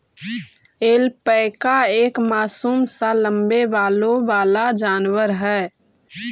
alpaca एक मासूम सा लम्बे बालों वाला जानवर है